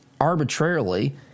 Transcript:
arbitrarily